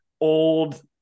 old